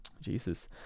jesus